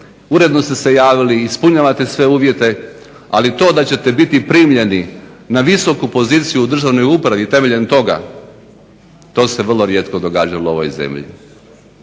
uredno ste se javili, ispunjavate sve uvjete, ali to da ćete biti primljeni na visoku poziciju u državnoj upravi temeljem toga to se vrlo rijetko događalo u ovoj zemlji.